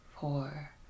four